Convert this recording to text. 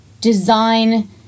design